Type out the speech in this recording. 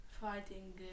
fighting